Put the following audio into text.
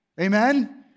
Amen